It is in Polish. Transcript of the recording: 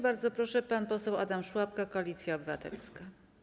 Bardzo proszę, pan poseł Adam Szłapka, Koalicja Obywatelska.